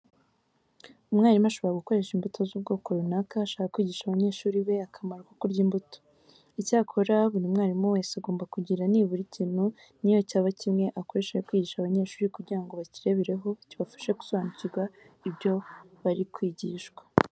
Umwarimu ashobora gukoresha imbuto z'ubwoko runaka ashaka kwigisha abanyeshuri be akamaro ko kurya imbuto. Icyakora buri mwarimu wese agomba kugira nibura ikintu niyo cyaba kimwe, akoresha ari kwigisha abanyeshuri kugira ngo bakirebereho kibafashe gusobanukirwa ibyo bari kwigishwa.